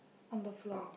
on the floor